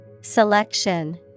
Selection